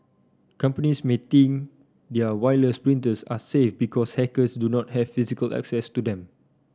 companies may think their wireless printers are safe because hackers do not have physical access to them